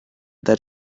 that